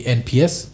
nps